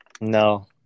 No